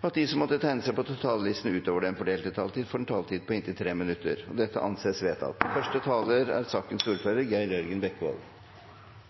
og at de som måtte tegne seg på talerlisten utover den fordelte taletid, får en taletid på inntil 3 minutter. – Det anses vedtatt. Forslagene til endringer i barneloven er